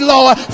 Lord